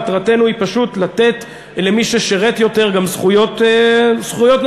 מטרתנו היא פשוט לתת למי ששירת יותר גם זכויות נוספות.